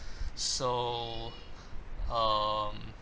so um